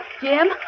Jim